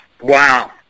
Wow